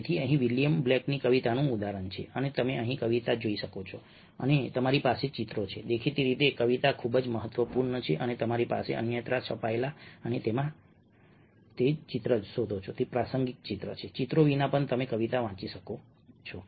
તેથી અહીં વિલિયમ બ્લેકની કવિતાનું ઉદાહરણ છે અને તમે અહીં કવિતા જોઈ શકો છો અને તમારી પાસે ચિત્રો છે દેખીતી રીતે કવિતા ખૂબ જ મહત્વપૂર્ણ છે અને તમારી પાસે આ અન્યત્ર છપાયેલ છે અને તમે જે ચિત્રો શોધો છો તે પ્રાસંગિક છે ચિત્રો વિના પણ તમે કવિતા વાંચી શકો છો